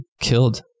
killed